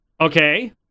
Okay